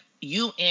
UN